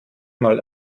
mal